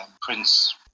Prince